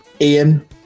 Ian